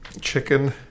Chicken